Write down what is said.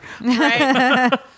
right